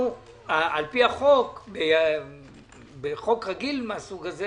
על פי רוב חוק רגיל מן הסוג הזה